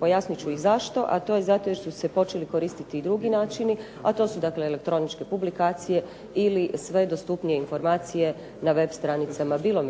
Pojasnit ću i zašto. A to je zato jer su se počeli koristiti i drugi načini, a to su elektroničke publikacije ili sve dostupnije informacije na web stranicama bilo